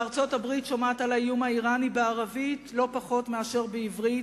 ארצות-הברית שומעת על האיום האירני בערבית לא פחות מאשר בעברית,